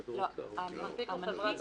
לא, המנפיק הוא חברת האשראי.